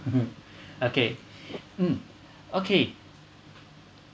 mmhmm okay mm okay